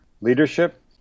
leadership